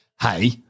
Hey